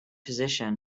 position